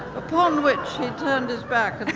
upon which he turned his back,